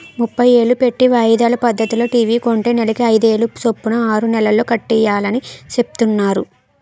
ముప్పై ఏలు పెట్టి వాయిదాల పద్దతిలో టీ.వి కొంటే నెలకి అయిదేలు సొప్పున ఆరు నెలల్లో కట్టియాలని సెప్తున్నారు